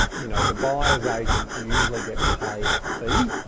you know, the buyer's agent usually gets paid a fee.